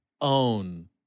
own